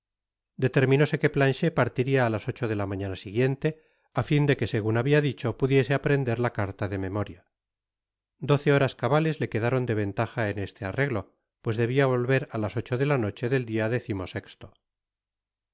determinóse que planchet partiria á las ocho de la mañana siguiente á ñn de que segun habia dicho pudiese aprender la carta de memoria doce horas cabales le quedaron de ventaja en este arreglo pues debia volver álas ocho de la noche del dia décimo sesto